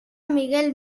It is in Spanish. miguel